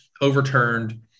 overturned